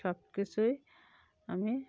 সব কিছুই আমি